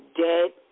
dead